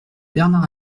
bernard